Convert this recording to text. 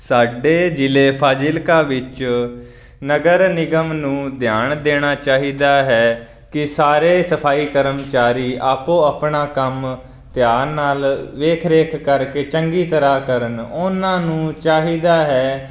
ਸਾਡੇ ਜ਼ਿਲ੍ਹੇ ਫਾਜ਼ਿਲਕਾ ਵਿੱਚ ਨਗਰ ਨਿਗਮ ਨੂੰ ਧਿਆਨ ਦੇਣਾ ਚਾਹੀਦਾ ਹੈ ਕਿ ਸਾਰੇ ਸਫਾਈ ਕਰਮਚਾਰੀ ਆਪੋ ਆਪਣਾ ਕੰਮ ਧਿਆਨ ਨਾਲ ਵੇਖ ਰੇਖ ਕਰਕੇ ਚੰਗੀ ਤਰ੍ਹਾਂ ਕਰਨ ਉਹਨਾਂ ਨੂੰ ਚਾਹੀਦਾ ਹੈ